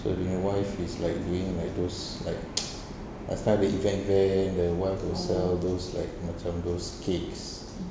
so dengan wife it's like doing like those like last time the event event the wife will sell those like macam those cakes